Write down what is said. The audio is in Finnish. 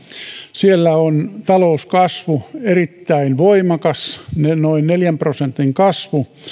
siellä on talouskasvu erittäin voimakas noin neljän prosentin kasvu